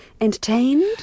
entertained